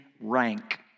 rank